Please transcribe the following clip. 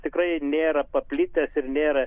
tikrai nėra paplitęs ir nėra